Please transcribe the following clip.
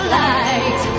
light